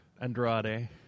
Andrade